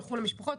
הלכו למשפחות,